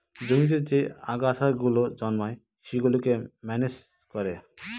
জমিতে যে আগাছা গুলো জন্মায় সেগুলোকে ম্যানেজ করে